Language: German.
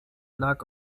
lag